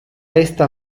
esta